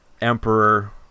Emperor